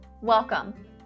Welcome